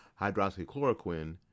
hydroxychloroquine